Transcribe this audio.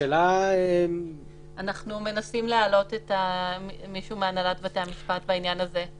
השאלה --- אנחנו מנסים להעלות מישהו מהנהלת בתי המשפט בעניין הזה.